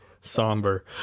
somber